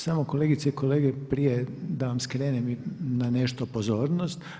Samo kolegice i kolege prije da vam skrenem na nešto pozornost.